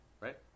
Right